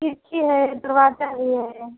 खिड़की है दरवाज़ा भी है